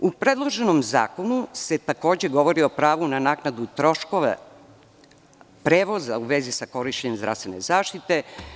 U predloženom zakonu se takođe govori o pravu na naknadu troškove prevoza u vezi sa korišćenjem zdravstvene zaštite.